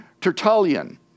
Tertullian